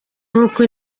nk’uko